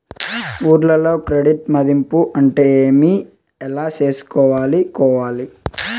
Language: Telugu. ఊర్లలో క్రెడిట్ మధింపు అంటే ఏమి? ఎలా చేసుకోవాలి కోవాలి?